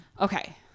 Okay